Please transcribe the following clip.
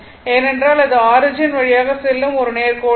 ஏனென்றால் இது ஆரிஜின் வழியாக செல்லும் ஒரு நேர்கோடு ஆகும்